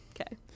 Okay